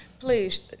Please